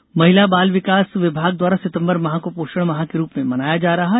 पोषण माह महिला बाल विकास विभाग द्वारा सितम्बर माह को पोषण माह के रूप में मनाया जा रहा है